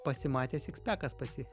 pasimatė sikspekas pas jį